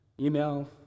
email